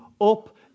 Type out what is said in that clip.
up